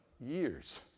years